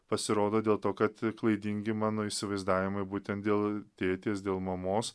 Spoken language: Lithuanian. pasirodo dėl to kad klaidingi mano įsivaizdavimai būtent dėl tėtės dėl mamos